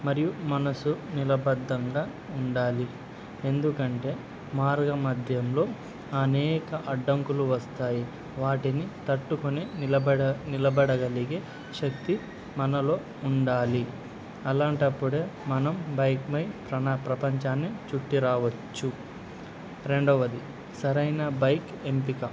మరియు మనసు నిలబద్ధంగా ఉండాలి ఎందుకంటే మార్గం మధ్యలో అనేక అడ్డంకులు వస్తాయి వాటిని తట్టుకుని నిలబడ నిలబడగలిగే శక్తి మనలో ఉండాలి అలాంటప్పుడే మనం బైక్పై ప్రణ ప్రపంచాన్ని చుట్టి రావచ్చు రెండవది సరైన బైక్ ఎంపిక